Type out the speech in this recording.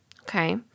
okay